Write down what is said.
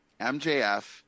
MJF